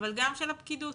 אבל גם של הפקידות.